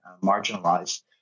marginalized